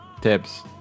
tips